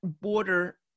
border